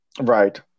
right